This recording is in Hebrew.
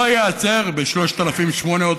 לא ייעצר ב-3,800,